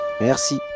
Merci